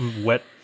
wet